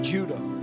Judah